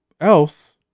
else